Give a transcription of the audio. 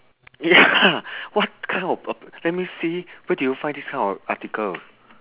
ya what kind of let me see where do you find this kind of article